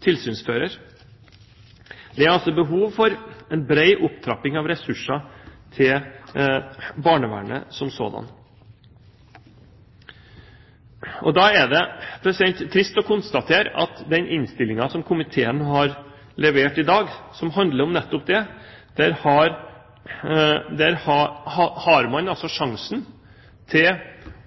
tilsynsfører. Det er altså behov for en bred opptrapping av ressurser til barnevernet som sådant. Da er det trist å konstatere at den innstillingen som komiteen har levert i dag, som handler om nettopp det, og der man har sjansen til